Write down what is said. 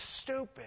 stupid